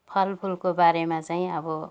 फलफुलको बारेमा चैँ अब